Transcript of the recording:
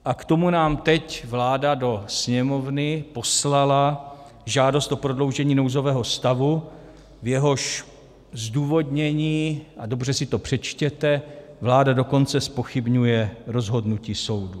A k tomu nám teď vláda do Sněmovny poslala žádost o prodloužení nouzového stavu, v jehož zdůvodnění a dobře si to přečtěte vláda dokonce zpochybňuje rozhodnutí soudu.